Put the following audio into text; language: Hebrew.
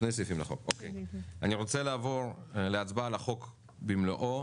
אני רוצה לעבור להצבעה על החוק במלואו